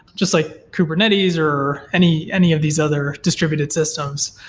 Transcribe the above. just like kubernetes, or any any of these other distributed systems.